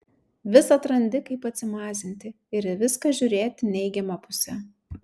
visad randi kaip atsimazinti ir į viską žiūrėti neigiama puse